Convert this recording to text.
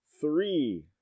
three